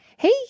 Hey